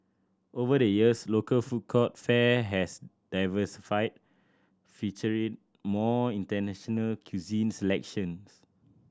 over the years local food court fare has diversified featuring more international cuisine selections